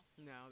No